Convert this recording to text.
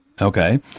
Okay